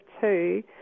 Two